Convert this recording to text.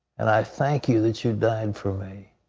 and i thank you that you died for me.